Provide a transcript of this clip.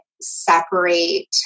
separate